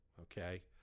okay